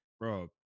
bro